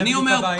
זאת הבעיה.